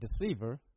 deceiver